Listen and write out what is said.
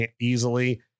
easily